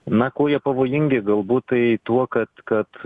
na kuo jie pavojingi galbūt tai tuo kad kad